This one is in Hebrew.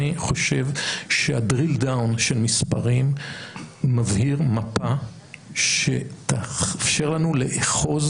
אני חושב שהדרילדאון של מספרים מבהיר מפה שתאפשר לנו לאחוז